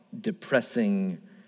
depressing